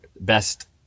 best